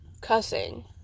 cussing